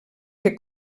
que